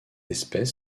espèce